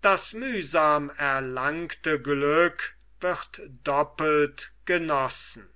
das mühsam erlangte glück wird doppelt genossen